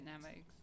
dynamic